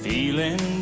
Feeling